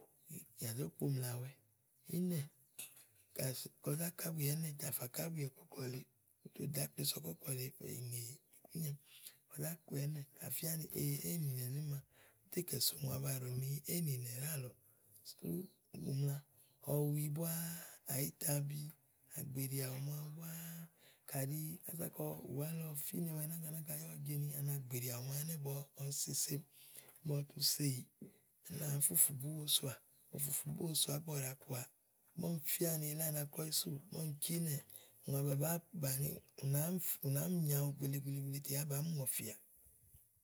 Kà zó kpomlàwɛ ínɛ kaz kɔ zá ka ábuà ínɛ̀ tà fà kɔ ábuà ɔkɔ̀kɔ lèeè fè mì kɔ zá kɔà ínɛ̀ kà fía ni éènìnɛ ɖíàlɔ, éèninɛ̀ nìma, ú tà kɛ̀so ùŋò aba ɖò ni éènìnɛ̀ ɖálɔ̀ɔ, úni sú ú mla ɔwi búáá àyítabi, àgbìlì àwù màawu búáá kàɖi kása kɔ ùwá lɔ fínɛwɛ náka náka yá ùú je ni àgbèli àwù màawu búá ígbɔ ɔwɛ sese, ígbɔ ɔwɔ tu seyìì, úni à nàá fufù búwo soà, à nàá fufù búwo soà ígbɔ ɔwɔ ɖàa kɔà, ígbɔ úni fía ni elí a na ko éyi súù ígbɔ úni ci ínɛ̀ ùŋò aba bàá bàni. Ù nàáá mi nyòo aɖu gbèele gbèele gbèele tè yá bàáá mi ŋɔ̀fɛ̀àà.